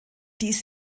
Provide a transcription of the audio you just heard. dies